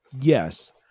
yes